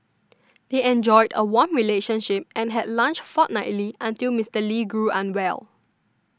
they enjoyed a warm relationship and had lunch fortnightly until Mister Lee grew unwell